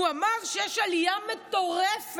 הוא אמר שיש עלייה מטורפת,